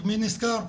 ומי נשכר?